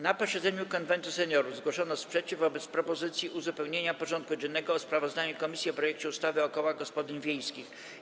Na posiedzeniu Konwentu Seniorów zgłoszono sprzeciw wobec propozycji uzupełnienia porządku dziennego o sprawozdanie komisji o projekcie ustawy o kołach gospodyń wiejskich.